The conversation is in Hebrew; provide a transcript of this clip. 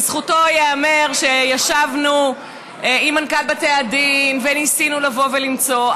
לזכותו ייאמר שישבנו עם מנכ"ל בתי הדין וניסינו לבוא ולמצוא,